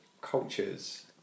cultures